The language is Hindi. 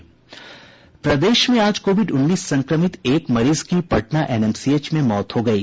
प्रदेश में आज कोविड उन्नीस संक्रमित एक मरीज की पटना एनएमसीएच में मौत हो गयी